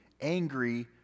angry